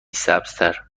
سبزتر